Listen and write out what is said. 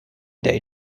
day